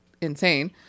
insane